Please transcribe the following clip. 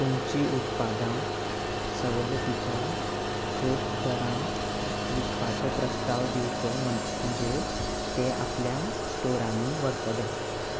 तुमचीं उत्पादां सवलतीच्या ठोक दरांत विकपाचो प्रस्ताव दिवचो म्हणजे ते आपल्या स्टोरांनी व्हरतले